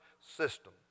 system